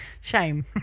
Shame